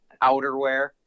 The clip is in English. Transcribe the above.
outerwear